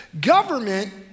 Government